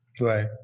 Right